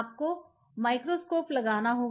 आपको माइक्रोस्कोप लगाना होगा